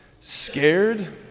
scared